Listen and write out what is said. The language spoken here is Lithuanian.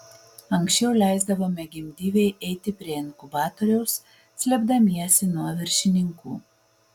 anksčiau leisdavome gimdyvei eiti prie inkubatoriaus slėpdamiesi nuo viršininkų